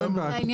סיימנו?